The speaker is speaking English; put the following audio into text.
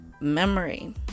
memory